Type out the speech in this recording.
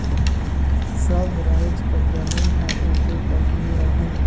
सब राएज कर जमीन हर एके कस नी रहें